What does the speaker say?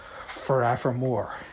forevermore